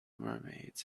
mermaids